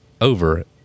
over